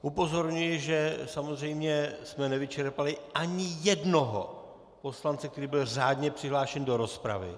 Upozorňuji, že jsme samozřejmě nevyčerpali ani jednoho poslance, který byl řádně přihlášen do rozpravy.